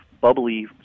bubbly